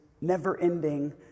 never-ending